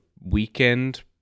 weekend